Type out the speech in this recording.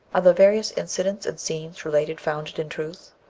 are the various incidents and scenes related founded in truth?